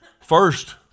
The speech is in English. first